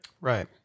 Right